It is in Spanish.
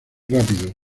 rápido